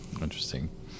Interesting